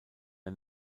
der